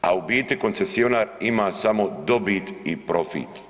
a u biti koncesionar ima samo dobit i profit.